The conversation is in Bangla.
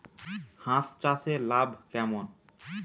হাঁস চাষে লাভ কেমন?